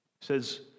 says